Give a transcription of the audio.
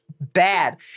bad